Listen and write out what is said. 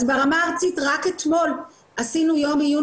אז ברמה הארצית רק אתמול עשינו יום עיון